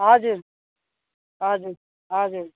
हजुर हजुर हजुर